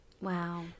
Wow